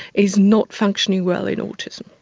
is not functioning well in autism.